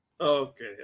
okay